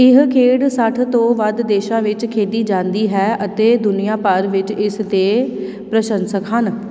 ਇਹ ਖੇਡ ਸੱਠ ਤੋਂ ਵੱਧ ਦੇਸ਼ਾਂ ਵਿੱਚ ਖੇਡੀ ਜਾਂਦੀ ਹੈ ਅਤੇ ਦੁਨੀਆ ਭਰ ਵਿੱਚ ਇਸ ਦੇ ਪ੍ਰਸ਼ੰਸਕ ਹਨ